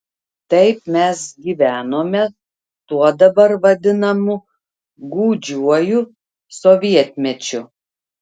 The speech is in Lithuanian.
taip mes gyvenome tuo dabar vadinamu gūdžiuoju sovietmečiu